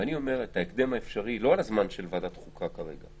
אני אומר את ההקדם האפשרי לא על הזמן של ועדת חוקה כרגע,